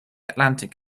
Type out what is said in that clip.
atlantic